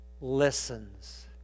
listens